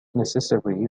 necessary